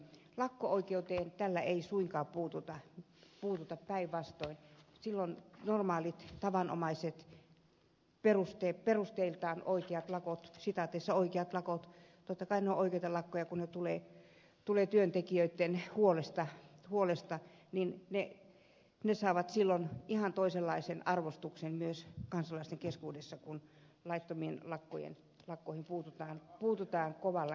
lakko oikeuteen tällä ei suinkaan puututa päinvastoin silloin normaalit tavanomaiset perusteiltaan oikeat lakot oikeat lakot totta kai ne ovat oikeita lakkoja kun ne tulevat työntekijöitten huolesta saavat ihan toisenlaisen arvostuksen myös kansalaisten keskuudessa kun laittomiin lakkoihin puututaan kovalla kädellä